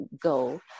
go